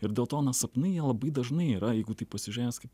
ir dėl to na sapnai jie labai dažnai yra jeigu taip pasižiūrėjus kaip